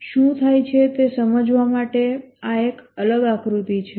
શું થાય છે તે સમજાવવા માટે આ એક અલગ આકૃતિ છે